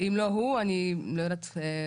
אם לא הוא אני לא יודעת איך